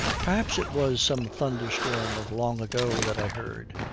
perhaps it was some thunderstorm of long ago that i heard.